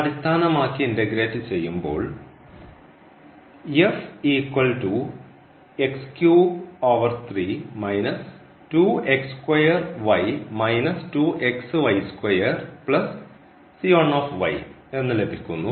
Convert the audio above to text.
അടിസ്ഥാനമാക്കി ഇൻറെഗ്രേറ്റ് ചെയ്യുമ്പോൾ എന്ന് ലഭിക്കുന്നു